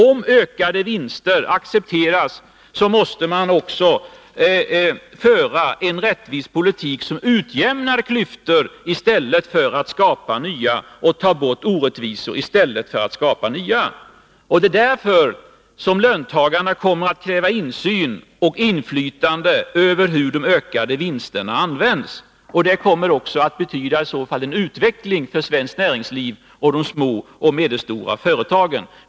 Om ökade vinster accepteras, måste vi också föra en rättvis politik som utjämnar klyftor i stället för att skapa nya. På samma sätt måste vi ta bort orättvisor och inte skapa nya. Därför kommer löntagarna att kräva insyn och inflytande över hur de ökade vinsterna används. Det kommer i så fall att betyda en utveckling för svenskt näringsliv, för små och medelstora företag.